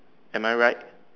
am I right